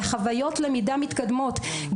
לחוויות למידה מתקדמות,